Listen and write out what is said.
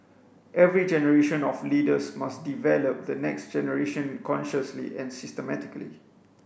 every generation of leaders must develop the next generation consciously and systematically